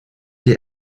dir